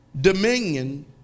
Dominion